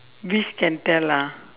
this can tell ah